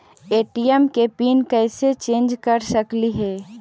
ATM के pin कैसे change कर सकली ही?